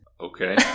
Okay